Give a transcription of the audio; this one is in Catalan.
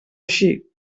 així